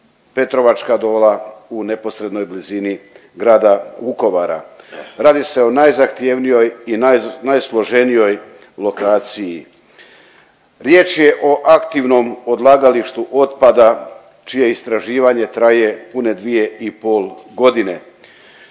Petrovačka dola u neposrednoj blizini grada Vukovara. Radi se o najzahtjevnijoj i najsloženijoj lokaciji. Riječ je o aktivnom odlagalištu otpada čije istraživanje traje pune dvije i pol godine.